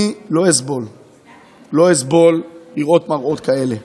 אני לא אסבול לראות מראות כאלה.